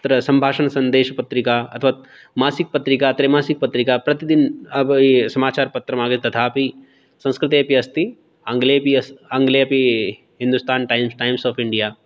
अत्र सम्भाषणसन्देशपत्रिका अथवा मासिकपत्रिका त्रैमासिकपत्रिका प्रतिदिनं अब् य समाचारपत्रं आगत् तथापि संस्कृतेऽपि अस्ति आङ्ग्ले अपि अस् आङ्ग्ले अपि Hindustan times times of India